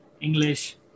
English